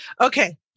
Okay